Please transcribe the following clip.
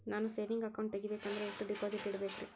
ನಾನು saving account ತೆಗಿಬೇಕಂದರ ಎಷ್ಟು ಡಿಪಾಸಿಟ್ ಇಡಬೇಕ್ರಿ?